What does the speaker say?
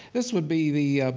this would be the